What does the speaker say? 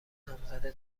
نامزد